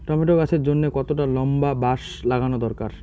Tomato গাছের জন্যে কতটা লম্বা বাস লাগানো দরকার?